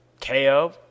KO